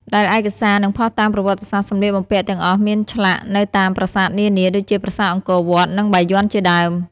ដែលឯកសារ និងភស្តុតាងប្រវត្តិសាស្ត្រសម្លៀកបំពាក់ទាំងអស់មានឆ្លាក់នៅតាមប្រាសាទនានា ដូចជាប្រាសាទអង្គរវត្ត និងបាយ័នជាដើម។